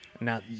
Now